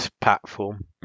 platform